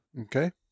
Okay